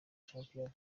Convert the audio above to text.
shampiyona